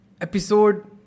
Episode